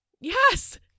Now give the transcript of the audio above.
Yes